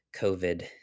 covid